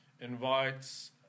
invites